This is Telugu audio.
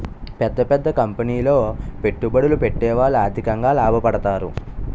పెద్ద పెద్ద కంపెనీలో పెట్టుబడులు పెట్టేవాళ్లు ఆర్థికంగా లాభపడతారు